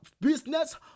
business